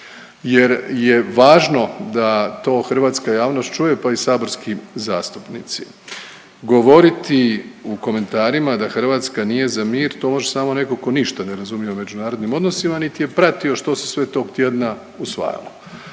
jer je važno da to hrvatska važnost čuje pa i saborski zastupnici. Govoriti u komentarima da Hrvatska nije za mir to može samo netko tko ništa ne razumije o međunarodnim odnosima niti je pratio što se sve tog tjedna usvajalo.